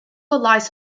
lies